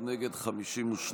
בעד, 61, נגד, 52,